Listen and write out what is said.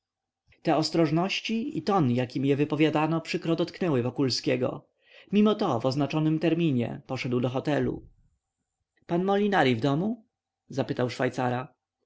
te ostrożności i ton jakim je wypowiadano przykro dotknęły wokulskiego mimo to w oznaczonym terminie poszedł do hotelu pan molinari w domu zapytał szwajcara